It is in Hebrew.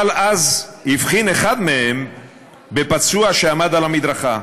אבל אז הבחין אחד מהם בפצוע שעמד על המדרכה,